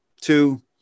Two